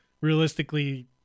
Realistically